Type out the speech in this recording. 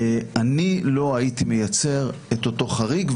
אני לא הייתי מייצר את אותו חריג.